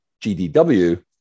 GDW